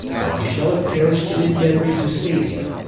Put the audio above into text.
or i shall have perished in endeavouring to save him!